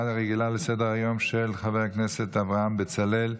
הרגילה לסדר-היום של חבר הכנסת אברהם בצלאל